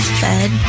fed